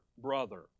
brother